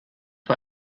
war